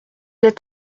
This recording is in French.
êtes